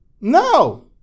No